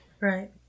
Right